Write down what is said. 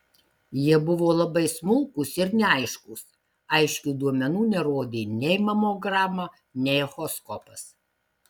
jie buvo labai smulkūs ir neaiškūs aiškių duomenų nerodė nei mamograma nei echoskopas